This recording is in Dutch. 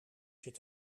zit